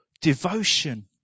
devotion